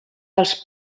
dels